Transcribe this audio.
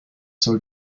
soll